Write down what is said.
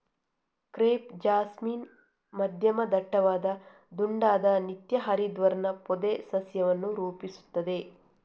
crepe jasmine ಮಧ್ಯಮ ದಟ್ಟವಾದ ದುಂಡಾದ ನಿತ್ಯ ಹರಿದ್ವರ್ಣ ಪೊದೆ ಸಸ್ಯವನ್ನು ರೂಪಿಸುತ್ತದೆ